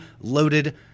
loaded